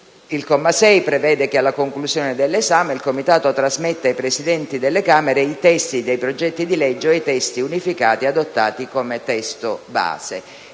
2 prevede che, alla conclusione dell'esame, il Comitato trasmetta ai Presidenti delle Camere i testi dei progetti di legge ovvero i testi unificati, adottati come testo base.